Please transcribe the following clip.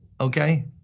Okay